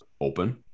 open